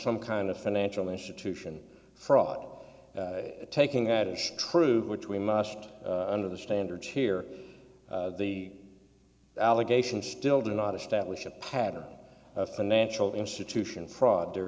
some kind of financial institution fraud taking at is true which we must under the standards here the allegations still do not establish a pattern of financial institution fraud there